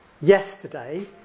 yesterday